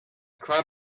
crowd